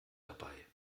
dabei